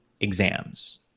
exams